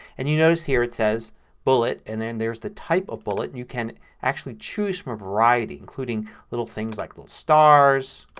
and you notice here it says bullet and then there's the type of bullet. and you can actually choose from a variety including little things like little stars.